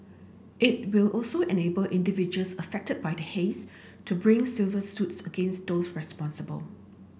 it will also enable individuals affected by the haze to bring civil suits against those responsible